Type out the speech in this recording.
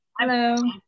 Hello